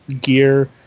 gear